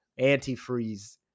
antifreeze